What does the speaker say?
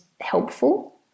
helpful